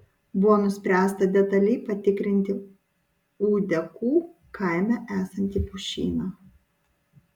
buvo nuspręsta detaliai patikrinti ūdekų kaime esantį pušyną